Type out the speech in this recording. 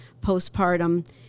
postpartum